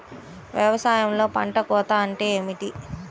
వ్యవసాయంలో పంట కోత అంటే ఏమిటి?